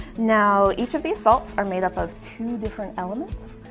now each of these salts are made up of two different elements.